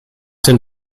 den